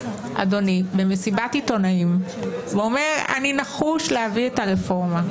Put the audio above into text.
אדוני למסיבת עיתונאים ואומר: אני נחיש להביא את הרפורמה,